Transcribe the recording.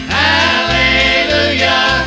hallelujah